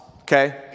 okay